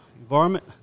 environment